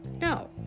No